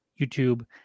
youtube